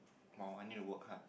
oh I need work hard